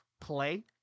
play